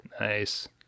Nice